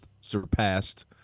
surpassed